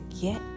get